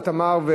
תמר?